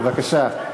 בבקשה.